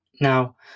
now